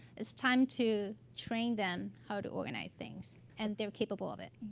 it's time to train them how to organize things, and they're capable of it.